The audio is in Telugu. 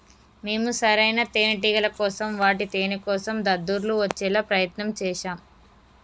మేము సరైన తేనేటిగల కోసం వాటి తేనేకోసం దద్దుర్లు వచ్చేలా ప్రయత్నం చేశాం